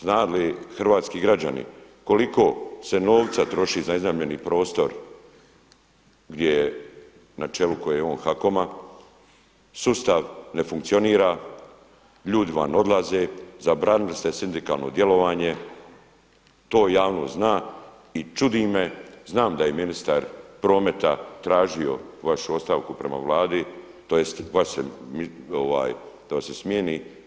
Znaju li hrvatski građani koliko se novca troši za iznajmljeni prostor na čelu koje je on HAKOM-a. sustav ne funkcionira, ljudi vam odlaze, zabranili ste sindikalno djelovanje, to javnost zna i čudi me, znam da je ministar prometa tražio vašu ostavku prema Vladi, tj. da vas se smijeni.